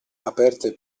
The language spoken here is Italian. aperte